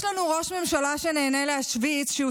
יש לנו ראש ממשלה שנהנה להשוויץ שהוא